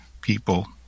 people